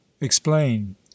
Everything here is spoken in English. explain